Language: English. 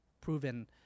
proven